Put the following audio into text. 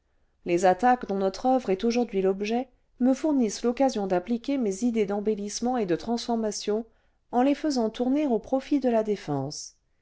les attaques dont notre oeuvre est aujourd'hui l'objet me fournissent l'occasion d'appliquer mes idées d'embellissements et de transformation en les faisant tourner au profit de la défense